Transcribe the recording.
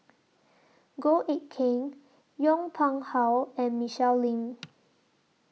Goh Eck Kheng Yong Pung How and Michelle Lim